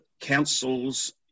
councils